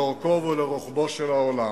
לאורכו ולרוחבו של העולם.